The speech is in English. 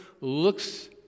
looks